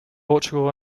portugal